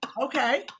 Okay